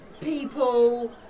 People